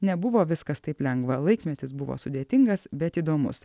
nebuvo viskas taip lengva laikmetis buvo sudėtingas bet įdomus